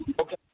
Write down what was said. Okay